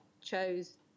chose